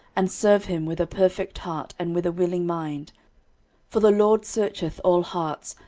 and serve him with a perfect heart and with a willing mind for the lord searcheth all hearts,